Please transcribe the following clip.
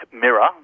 Mirror